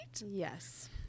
yes